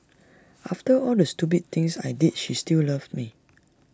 after all the stupid things I did she still loved me